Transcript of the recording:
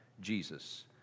Jesus